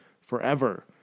forever